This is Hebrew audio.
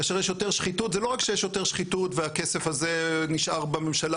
כאשר יש יותר שחיתות זה לא רק שיש יותר שחיתות והכסף הזה נשאר בממשלה,